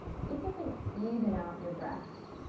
see if you can even out your breaths.